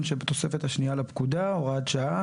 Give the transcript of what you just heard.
שבתוספת השנייה לפקודה) (הוראת שעה),